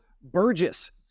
Burgess